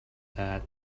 that